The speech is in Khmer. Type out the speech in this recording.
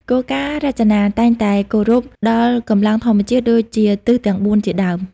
គោលការណ៍រចនា តែងតែគោរពដល់កម្លាំងធម្មជាតិ ដូចជាទិសទាំងបួនជាដើម។